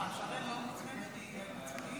(הוראת שעה) (הארכת מועד לבקשת קבלת מימון),